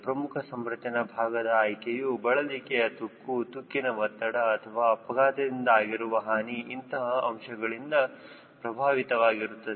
ಪ್ರಮುಖ ಸಂರಚನೆ ಭಾಗದ ಆಯ್ಕೆಯು ಬಳಲಿಕೆ ತುಕ್ಕು ತುಕ್ಕಿನ ಒತ್ತಡ ಅಥವಾ ಅಪಘಾತದಿಂದ ಆಗಿರುವ ಹಾನಿ ಇಂತಹ ಅಂಶಗಳಿಂದ ಪ್ರಭಾವಿತವಾಗಿರುತ್ತದೆ